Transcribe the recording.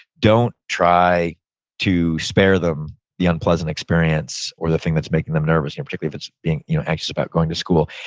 don't try to spare them the unpleasant experience or the thing that's making them nervous in particular, if it's being you know anxious about going to school.